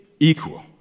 Equal